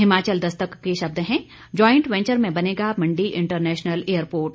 हिमाचल दस्तक के शब्द हैं ज्वाइंट वेंचर में बनेगा मंडी इंटरनेशनल एयरपोर्ट